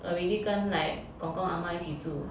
already 跟 like gong gong ah ma 一起住